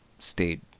stayed